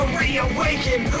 reawaken